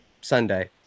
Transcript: Sunday